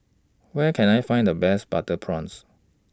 Where Can I Find The Best Butter Prawns